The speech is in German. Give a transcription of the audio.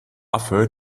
affe